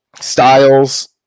Styles